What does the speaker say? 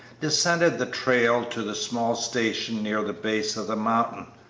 descended the trail to the small station near the base of the mountain,